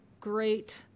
great